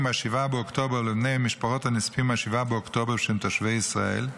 מ-7 באוקטובר ולבני משפחות הנספים מ-7 באוקטובר שהם תושבי ישראל,